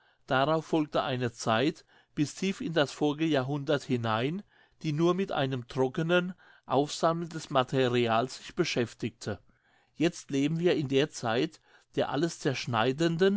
darauf folgte eine zeit bis tief in das vorige jahrhundert hinein die nur mit einem trocknen aufsammeln des materials sich beschäftigte jetzt leben wir in der zeit der alles zerschneidenden